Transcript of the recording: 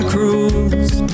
Cruise